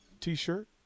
T-shirt